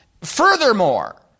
Furthermore